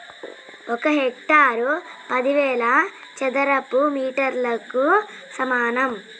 ఒక హెక్టారు పదివేల చదరపు మీటర్లకు సమానం